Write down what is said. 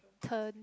turns